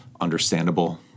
understandable